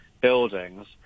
buildings